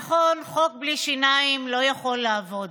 נכון, חוק בלי שיניים לא יכול לעבוד,